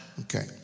Okay